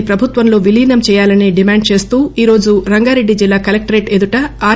ని ప్రభుత్వంలో విలీనం చేయాలని డిమాండ్ చేస్తూ ఈరోజు రంగారెడ్డి జిల్లా కలెక్టరేట్ ఎదుట ఆర్